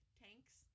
tanks